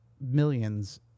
millions